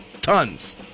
Tons